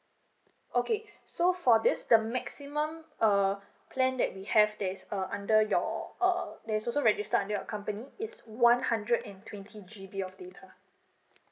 okay so for this the maximum uh plan that we have that's uh under your uh that's also registered under a company it's one hundred and twenty G_B of data